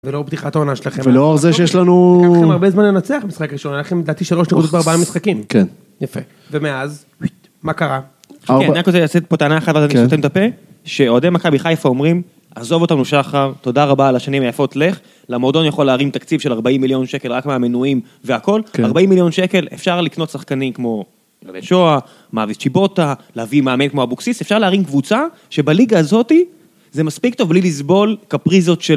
ולאור פתיחת העונה שלכם. ולאור זה שיש לנו... לקח לכם הרבה זמן לנצח משחק ראשון, היה לכם לדעתי שלושה ארבעים משחקים. כן. יפה. ומאז, מה קרה? כן, אני רק רוצה לשאת פה טענה אחת ואני סותם את הפה. שאוהדי מכבי בחיפה אומרים, עזוב אותנו שחר, תודה רבה על השנים היפות לך, למועדון יכול להרים תקציב של 40 מיליון שקל רק מהמנויים והכול. 40 מיליון שקל, אפשר לקנות שחקנים כמו רבי שואה, מאביס צ'יבוטה, להביא מאמן כמו אבוקסיס, אפשר להרים קבוצה שבליגה הזאתי, זה מספיק טוב בלי לסבול כפריזות של...